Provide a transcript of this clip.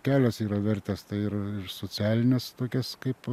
kelios yra vertės tai ir ir socialines tokias kaip